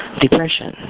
depression